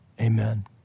Amen